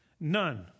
none